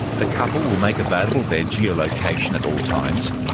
the couple will make available their geolocation at all times,